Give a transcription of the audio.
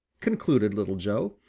concluded little joe.